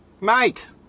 Mate